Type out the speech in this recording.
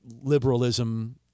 liberalism